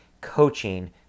coaching